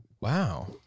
Wow